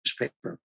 newspaper